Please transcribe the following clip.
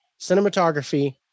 cinematography